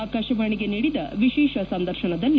ಆಕಾಶವಾಣಿಗೆ ನೀಡಿದ ವಿಶೇಷ ಸಂದರ್ಶನದಲ್ಲಿ